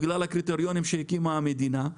בגלל הקריטריונים שהקימה המדינה,